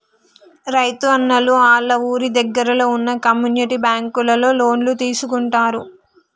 రైతున్నలు ఆళ్ళ ఊరి దగ్గరలో వున్న కమ్యూనిటీ బ్యాంకులలో లోన్లు తీసుకుంటారు